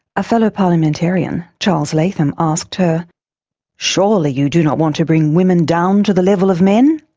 a fellow parliamentarian charles latham, asked her surely you do not want. to bring women down to the level of men.